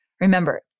Remember